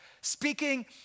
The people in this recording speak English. speaking